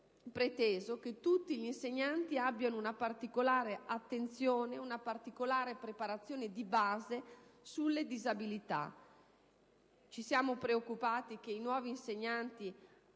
preteso che tutti gli insegnanti avessero una particolare attenzione e una particolare preparazione di base sulle disabilità. Ci siamo preoccupati che i nuovi insegnanti